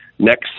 next